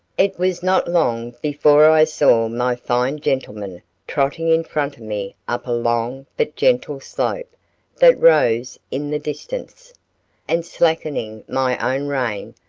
it was not long before i saw my fine gentleman trotting in front of me up a long but gentle slope that rose in the distance and slackening my own rein,